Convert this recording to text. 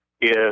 Yes